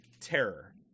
terror